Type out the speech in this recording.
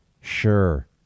sure